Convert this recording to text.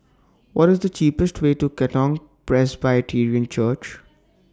What IS The cheapest Way to Katong Presbyterian Church